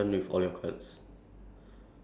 ya I still have two more green cards